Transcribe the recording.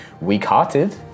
weak-hearted